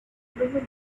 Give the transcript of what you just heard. affordable